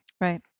Right